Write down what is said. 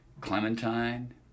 Clementine